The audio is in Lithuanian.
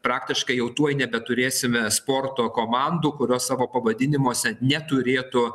praktiškai jau tuoj nebeturėsime sporto komandų kurios savo pavadinimuose neturėtų